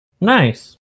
nice